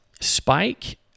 Spike